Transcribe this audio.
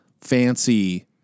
fancy